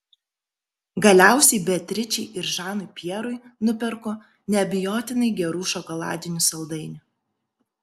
galiausiai beatričei ir žanui pjerui nuperku neabejotinai gerų šokoladinių saldainių